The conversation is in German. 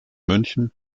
münchen